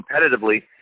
competitively